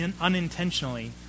unintentionally